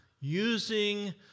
using